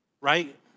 Right